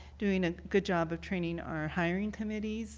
doing a good job of training our hiring committees